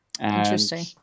Interesting